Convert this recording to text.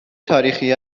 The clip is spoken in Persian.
تاریخی